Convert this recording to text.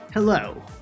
Hello